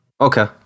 Okay